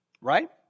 Right